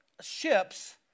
ships